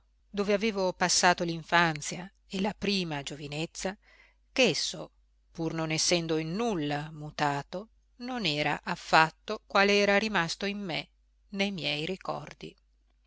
dove avevo passato l'infanzia e la prima giovinezza ch'esso pur non essendo in nulla mutato non era affatto quale era rimasto in me ne miei ricordi